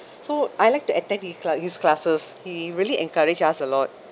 so I like to attend he uh his classes he really encourage us a lot